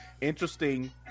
interesting